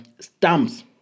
stamps